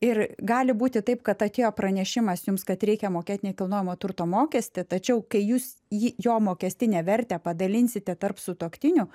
ir gali būti taip kad atėjo pranešimas jums kad reikia mokėt nekilnojamo turto mokestį tačiau kai jūs jį jo mokestinę vertę padalinsite tarp sutuoktinių